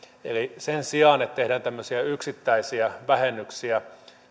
sen sijaan että tehdään tämmöisiä yksittäisiä vähennyksiä